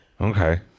Okay